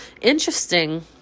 interesting